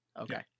Okay